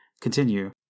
continue